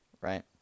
Right